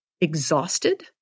exhausted